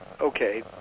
okay